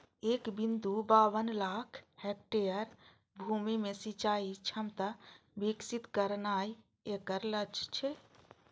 एक बिंदु बाबन लाख हेक्टेयर भूमि मे सिंचाइ क्षमता विकसित करनाय एकर लक्ष्य छै